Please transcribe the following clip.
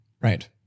Right